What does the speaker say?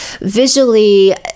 visually